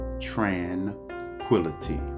tranquility